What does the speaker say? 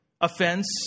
offense